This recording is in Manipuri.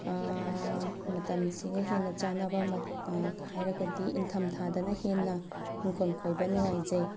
ꯃꯇꯝꯁꯤꯒ ꯍꯦꯟꯅ ꯆꯥꯟꯅꯕ ꯑꯃ ꯍꯥꯏꯔꯒꯗꯤ ꯅꯤꯡꯊꯝ ꯊꯥꯗꯅ ꯍꯦꯟꯅ ꯏꯪꯈꯣꯜ ꯀꯣꯏꯕ ꯅꯨꯡꯉꯥꯏꯖꯩ